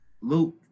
Luke